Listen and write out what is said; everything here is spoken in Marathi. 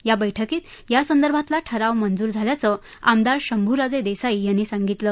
या बैठकीत यासंदर्भातला ठराव मंजूर झाल्याचं आमदार शंभूराजे देसाई यांनी सांगितलं